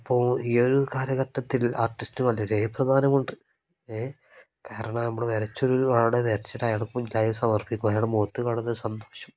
അപ്പോൾ ഈ ഒരു കാലഘട്ടത്തിൽ ആർട്ടിസ്റ്റിന് വളരെ പ്രധാനമുണ്ട് ഏ കാരണം നമ്മൾ വരച്ചൊരു ആളുടെ അയാളുടെ മുഖത്ത് കാണുന്ന ഒരു സന്തോഷം